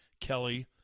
Kelly